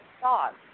thoughts